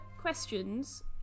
questions